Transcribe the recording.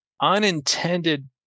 unintended